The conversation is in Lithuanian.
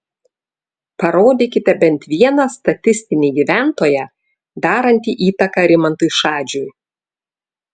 parodykite bent vieną statistinį gyventoją darantį įtaką rimantui šadžiui